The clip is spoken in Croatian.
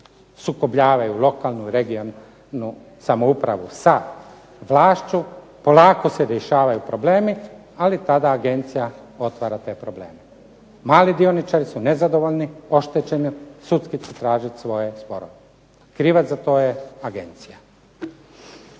sukobljavaju lokalnu i regionalnu samoupravu sa vlašću. Polako se rješavaju problemi, ali tada agencija otvara te probleme. Mali dioničari su nezadovoljni, oštećeni, sudski će tražiti svoje sporom. Krivac za to je Agencija.